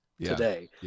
today